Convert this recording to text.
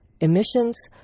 emissions